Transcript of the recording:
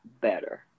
better